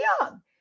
Young